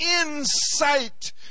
insight